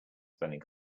spelling